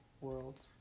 Worlds